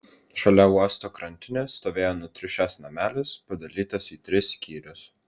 šalia uosto krantinės stovėjo nutriušęs namelis padalytas į tris skyrius